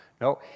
No